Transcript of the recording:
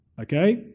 Okay